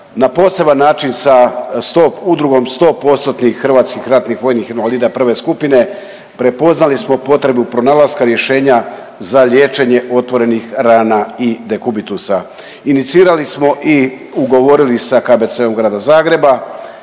na poseban način sa Udrugom 100%-tnih hrvatskih ratnih vojnih invalida prve skupine prepoznali smo potrebu pronalaska rješenja za liječenje otvorenih rana i dekubitusa. Inicirali smo i ugovorili sa KBC Grada Zagreba